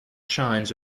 shines